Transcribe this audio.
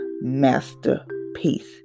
masterpiece